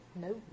No